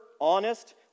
honest